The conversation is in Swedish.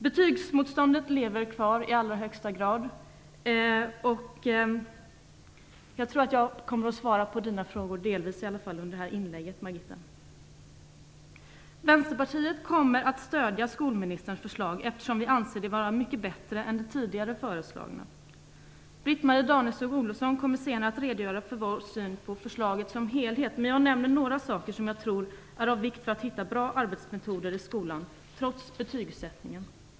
Betygsmotståndet lever kvar i allra högsta grad. Jag tror att jag kommer att svara delvis på Margitta Edgrens frågor under mitt inlägg. Vänsterpartiet kommer att stödja skolministerns förslag, eftersom vi anser det vara mycket bättre än det tidigare förslaget. Britt-Marie Danestig-Olofsson kommer senare att redogöra för vår syn på förslaget som helhet. Jag nämner några saker som jag tror är av vikt för att hitta bra arbetsmetoder i skolan, trots betygsättningen.